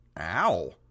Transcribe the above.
Ow